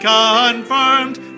confirmed